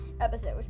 episode